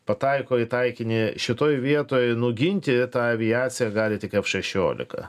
pataiko į taikinį šitoj vietoj nuginti tą aviacija gali tik f šešiolika